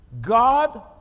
God